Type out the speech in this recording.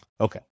Okay